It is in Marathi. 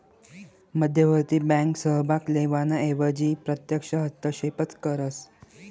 मध्यवर्ती बँक सहभाग लेवाना एवजी प्रत्यक्ष हस्तक्षेपच करस